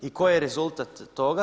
I koji je rezultat toga?